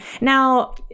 Now